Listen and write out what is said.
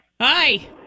Hi